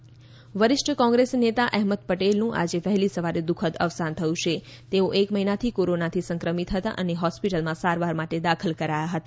અહેમદ પટેલ વરીષ્ઠ કોંગ્રેસ નેતા અહેમત પટેલનું આજે વહેલી સવારે દુઃખદ અવસાન થયું છે તેઓ એક મહિનાથી કોરોનાથી સંક્રમિત હતા અને હોસ્પિટલમાં સારવાર માટે દાખલ કરાયા હતા